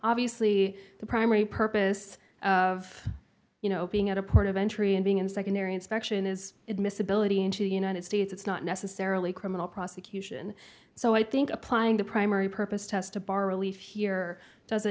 obviously the primary purpose of you know being at a port of entry and being in secondary inspection is admissibility into united states it's not necessarily criminal prosecution so i think applying the primary purpose test to bar relief here does a